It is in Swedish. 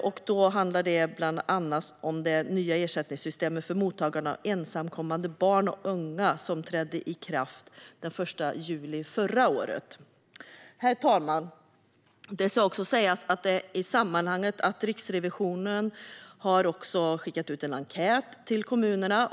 Det handlar bland annat om det nya ersättningssystemet för mottagande av ensamkommande barn och unga, som trädde i kraft den 1 juli förra året. Herr talman! Det ska också sägas i sammanhanget att Riksrevisionen har skickat ut en enkät till kommunerna.